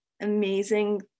amazing